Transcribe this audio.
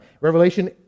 Revelation